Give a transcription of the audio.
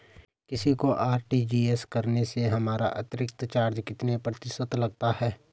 किसी को आर.टी.जी.एस करने से हमारा अतिरिक्त चार्ज कितने प्रतिशत लगता है?